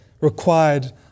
required